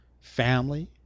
family